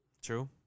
True